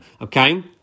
Okay